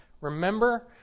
remember